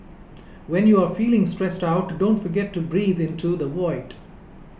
when you are feeling stressed out don't forget to breathe into the void